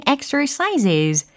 Exercises